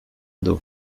d’eau